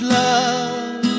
love